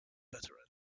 veteran